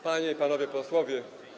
Panie i Panowie Posłowie!